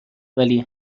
ولی